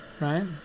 right